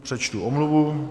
Přečtu omluvu.